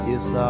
Yes